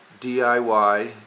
DIY